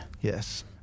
Yes